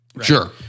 Sure